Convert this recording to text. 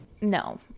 No